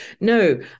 No